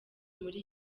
muri